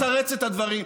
תפסיק לתרץ את הדברים.